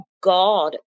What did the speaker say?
God